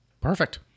Perfect